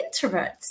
introverts